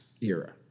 era